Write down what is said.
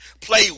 Play